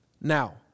Now